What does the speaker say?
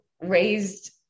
raised